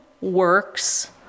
works